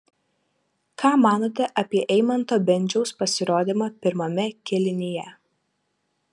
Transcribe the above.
ką manote apie eimanto bendžiaus pasirodymą pirmame kėlinyje